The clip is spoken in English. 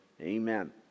Amen